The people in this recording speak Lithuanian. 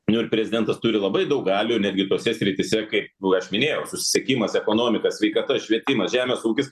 niu ir prezidentas turi labai daug galių netgi tose srityse kaip aš minėjau susisiekimas ekonomika sveikata švietimas žemės ūkis